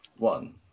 One